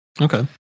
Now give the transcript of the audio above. okay